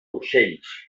ocells